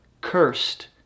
cursed